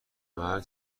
محل